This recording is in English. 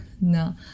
No